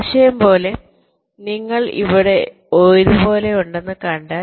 ആശയം പോലെ നിങ്ങൾ 1 ഇവിടെയും ഇതുപോലെയുണ്ടെന്ന് കണ്ടാൽ